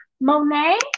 Monet